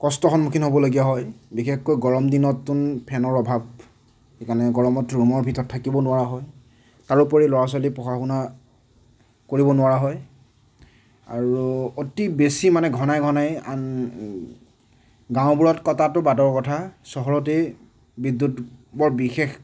কষ্টৰ সন্মুখীন হ'বলগীয়া হয় বিশেষকৈ গৰম দিনততো ফেনৰ অভাৱ সেইকাৰণে গৰমত ৰুমৰ ভিতৰত থাকিব নোৱাৰা হয় তাৰউপৰিও ল'ৰা ছোৱালীয়ে পঢ়া শুনা কৰিব নোৱাৰা হয় আৰু অতি বেছি মানে ঘনাই ঘনাই আন গাওঁবোৰত কটাটো বাদৰ কথা চহৰতেই বিদ্যুৎ বৰ বিশেষ